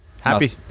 Happy